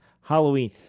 Halloween